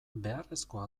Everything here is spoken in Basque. beharrezkoa